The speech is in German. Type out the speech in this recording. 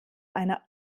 einer